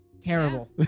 Terrible